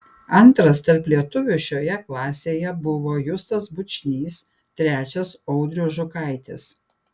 antras tarp lietuvių šioje klasėje buvo justas bučnys trečias audrius žukaitis